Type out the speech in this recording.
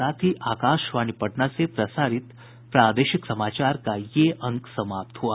इसके साथ ही आकाशवाणी पटना से प्रसारित प्रादेशिक समाचार का ये अंक समाप्त हुआ